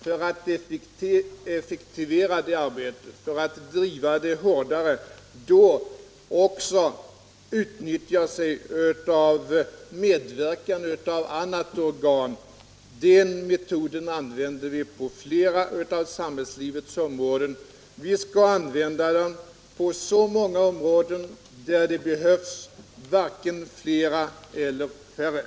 För att effektivera det arbetet, för att driva det hårdare, vill regeringen därför nu utnyttja medverkan av annat organ. Den metoden använder vi på flera av samhällets områden. Vi skall använda dem på de områden där det behövs, varken fler eller färre.